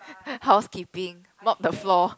housekeeping mop the floor